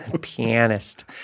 pianist